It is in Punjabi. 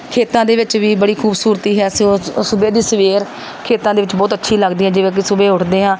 ਖੇਤਾਂ ਦੇ ਵਿੱਚ ਵੀ ਬੜੀ ਖੂਬਸੂਰਤੀ ਹੈ ਸ ਸੁਬਹੇ ਦੀ ਸਵੇਰ ਖੇਤਾਂ ਦੇ ਵਿੱਚ ਬਹੁਤ ਅੱਛੀ ਲੱਗਦੀ ਹੈ ਜਿਵੇਂ ਕਿ ਸੁਬਹੇ ਉੱਠਦੇ ਹਾਂ